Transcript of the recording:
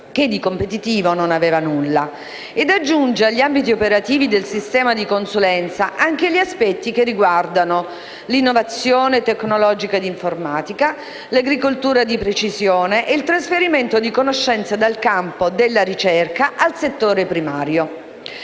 che di competitivo non aveva nulla - ed aggiunge agli ambiti operativi del sistema di consulenza anche gli aspetti che riguardano: l'innovazione tecnologica ed informatica, l'agricoltura di precisione e il trasferimento di conoscenze dal campo della ricerca al settore primario.